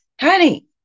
honey